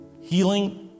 healing